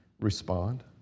Respond